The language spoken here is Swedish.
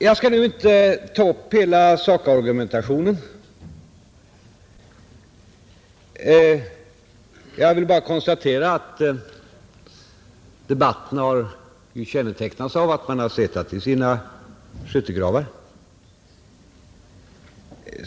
Jag skall nu inte ta upp hela sakargumentationen utan konstaterar bara att debatten har kännetecknats av att man har suttit i sina skyttegravar.